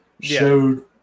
showed